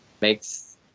makes